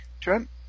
Trent